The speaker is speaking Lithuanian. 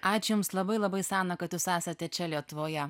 ačiū jums labai labai sana kad jūs esate čia lietuvoje